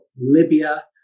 Libya